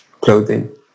clothing